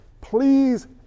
please